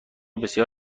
بسیار